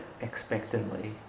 expectantly